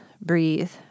breathe